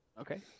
Okay